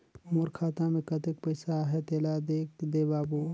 मोर खाता मे कतेक पइसा आहाय तेला देख दे बाबु?